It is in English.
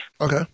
okay